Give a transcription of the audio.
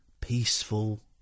peaceful